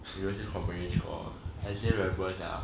seriously complain score I still remember sia